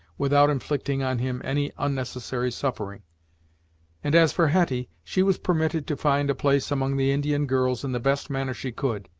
without inflicting on him any unnecessary suffering and, as for hetty, she was permitted to find a place among the indian girls in the best manner she could.